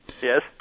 Yes